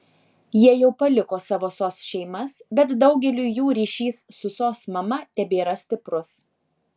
jie jau paliko savo sos šeimas bet daugeliui jų ryšys su sos mama tebėra stiprus